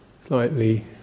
slightly